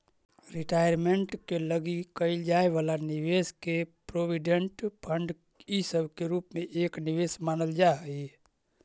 retirement के लगी कईल जाए वाला निवेश के प्रोविडेंट फंड इ सब के रूप में एक निवेश मानल जा हई